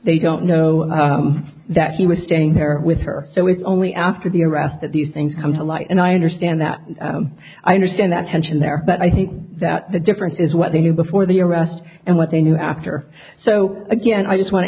they don't know that she was staying there with her so it's only after the arrest that these things come to light and i understand that i understand that tension there but i think that the difference is what they knew before the arrest and what they knew after so again i just want to